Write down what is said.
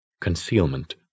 concealment